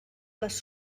les